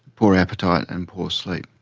poor appetite and poor sleep.